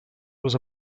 was